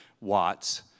Watts